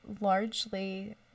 largely